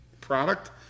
product